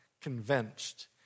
convinced